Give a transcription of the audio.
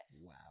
Wow